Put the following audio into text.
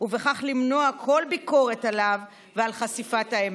ובכך למנוע כל ביקורת עליו וחשיפת האמת.